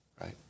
right